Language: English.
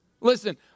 Listen